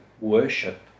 worship